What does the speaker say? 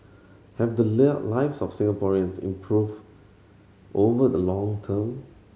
have the lives of Singaporeans improved over the long term